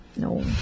No